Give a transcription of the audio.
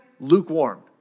lukewarm